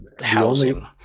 housing